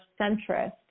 centrist